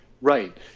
Right